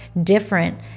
different